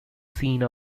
scene